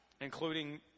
including